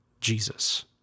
Jesus